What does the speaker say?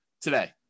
today